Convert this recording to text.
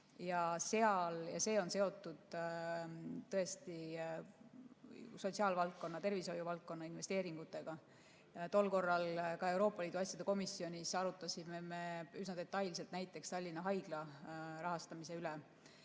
See on seotud tõesti sotsiaalvaldkonna, tervishoiuvaldkonna investeeringutega. Tol korral Euroopa Liidu asjade komisjonis me arutasime üsna detailselt näiteks Tallinna Haigla rahastamist,